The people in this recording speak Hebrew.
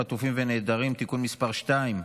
חטופים ונעדרים (תיקון מס' 2)